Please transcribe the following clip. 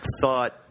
thought